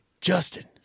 Justin